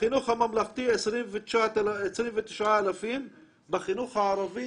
בחינוך הממלכתי 29,000. בחינוך הערבי